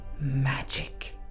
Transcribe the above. magic